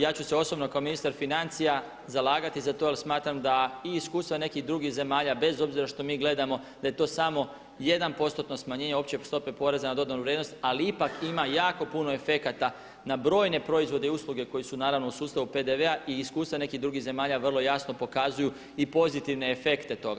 Ja ću se osobno kao ministar financija zalagati za to jer smatram da i iskustva nekih drugih zemalja bez obzira što mi gledamo da je to samo jedan postotno smanjenje opće stope poreza na dodanu vrijednost, ali ipak ima jako puno efekata na brojne proizvode i usluge koje su naravno u sustavu PDV-a i iskustva nekih drugih zemalja vrlo jasno pokazuju i pozitivne efekte toga.